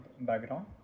background